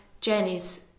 Jenny's